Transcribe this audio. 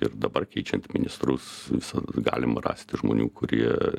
ir dabar keičiant ministrus visur galim rasti žmonių kurie